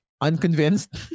unconvinced